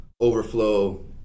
overflow